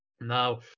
Now